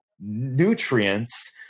nutrients